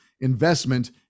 investment